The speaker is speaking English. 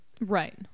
Right